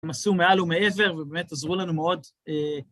הם עשו מעל ומעבר ובאמת עזרו לנו מאוד.